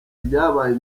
ryabaye